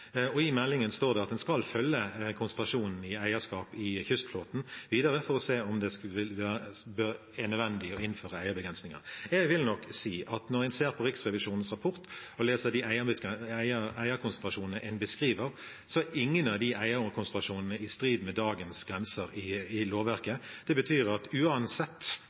opp i meldingen og også i svar fra statsråden. I meldingen står det at en skal følge konsentrasjonen av eierskap i kystflåten videre for å se om det er nødvendig å innføre eierbegrensninger. Jeg vil nok si at når en ser på Riksrevisjonens rapport og leser om de eierkonsentrasjonene den beskriver, så er ingen av de eierkonsentrasjonene i strid med dagens grenser i lovverket. Det betyr at uansett